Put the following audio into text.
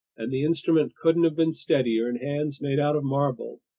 and the instrument couldn't have been steadier in hands made out of marble.